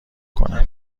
کنم